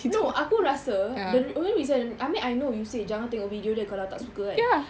no aku rasa the only reason I mean I know you say jangan tengok video dia kalau tak suka kan